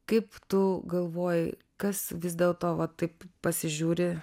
kaip tu galvoji kas vis dėl to va taip pasižiūri